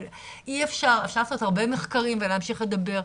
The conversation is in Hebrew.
אבל אי אפשר לעשות הרבה מחקרים ולהמשיך לדבר.